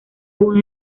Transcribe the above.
uno